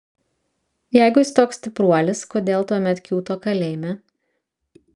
jeigu jis toks stipruolis kodėl tuomet kiūto kalėjime